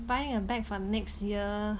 buy a bag for next year